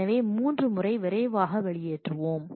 எனவே முதல் 3 றை விரைவாக வெளியேற்றுவோம்